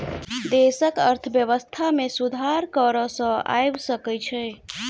देशक अर्थव्यवस्था में सुधार कर सॅ आइब सकै छै